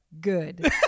Good